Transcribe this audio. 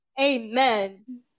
Amen